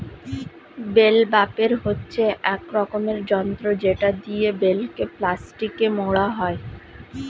bell wrapper হচ্ছে এক রকমের যন্ত্র যেটা দিয়ে বেলকে প্লাস্টিকে মোড়া হয়